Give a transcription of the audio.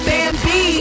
Bambi